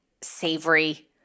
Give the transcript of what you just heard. savory